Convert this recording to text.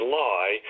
lie